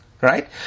Right